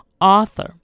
Author